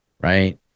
right